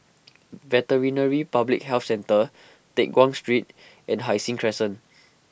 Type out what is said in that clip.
Veterinary Public Health Centre Teck Guan Street and Hai Sing Crescent